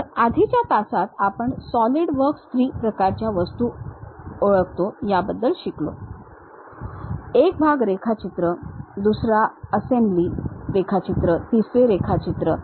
तर आधीच्या तासात आपण सॉलिडवर्क्स 3 प्रकारच्या वस्तू ओळखतो याबद्दल शिकलो एक भाग रेखाचित्र दुसरा असेंबली रेखाचित्र तिसरे रेखाचित्रे